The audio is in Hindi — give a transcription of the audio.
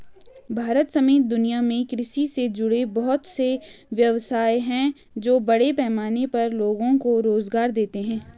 भारत समेत दुनिया में कृषि से जुड़े बहुत से व्यवसाय हैं जो बड़े पैमाने पर लोगो को रोज़गार देते हैं